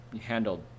handled